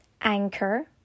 Anchor